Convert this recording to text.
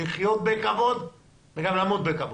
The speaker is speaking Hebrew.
לחיות בכבוד וגם למות בכבוד.